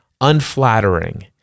unflattering